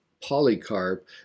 polycarp